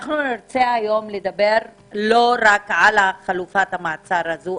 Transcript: אנחנו נרצה לדבר היום לא רק על חלופת המעצר הזו,